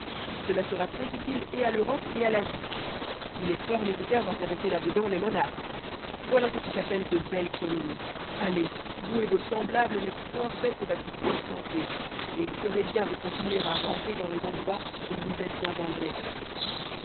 cela sera très utile et à l'europe et à l'asie il est fort nécessaire d'intéresser là-dedans les monarques voilà ce qui s'appelle de belles colonies allez vous et vos semblables n'êtes point faits pour être transplantés et vous ferez bien de continuer à ramper dans les endroits où vous vous êtes engendrés